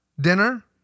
dinner